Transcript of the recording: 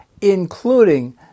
including